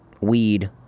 weed